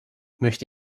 möchte